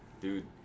Dude